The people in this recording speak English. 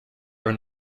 are